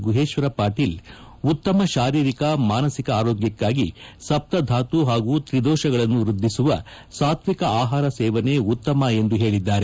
ಗುಹೇಶ್ವರ ಪಾಟೀಲ್ ಉತ್ತಮ ಶಾರೀರಿಕ ಮಾನಸಿಕ ಅರೋಗ್ಯಕ್ಕಾಗಿ ಸಪ್ತಧಾತು ಹಾಗೂ ತ್ರಿದೋಷಗಳನ್ನು ವೃದ್ಧಿಸುವ ಸಾತ್ವಿಕ ಆಹಾರ ಸೇವನೆ ಉತ್ತಮ ಎಂದು ಹೇಳಿದ್ದಾರೆ